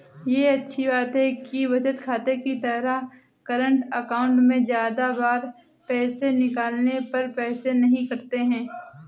ये अच्छी बात है कि बचत खाते की तरह करंट अकाउंट में ज्यादा बार पैसे निकालने पर पैसे नही कटते है